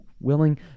willing